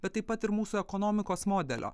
bet taip pat ir mūsų ekonomikos modelio